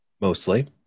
Mostly